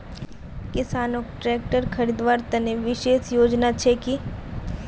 किसानोक ट्रेक्टर खरीदवार तने विशेष योजना छे कि?